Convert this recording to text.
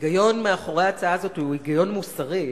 ההיגיון מאחורי ההצעה הזאת הוא היגיון מוסרי.